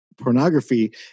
pornography